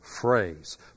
phrase